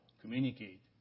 communicate